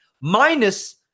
minus